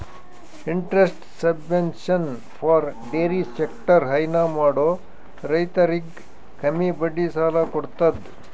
interest subvention for dairy sector ಹೈನಾ ಮಾಡೋ ರೈತರಿಗ್ ಕಮ್ಮಿ ಬಡ್ಡಿ ಸಾಲಾ ಕೊಡತದ್